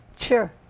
Sure